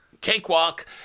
Cakewalk